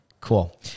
Cool